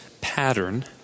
pattern